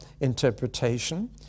interpretation